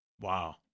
Wow